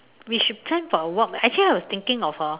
we should plan for a walk actually I was think of a